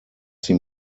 sie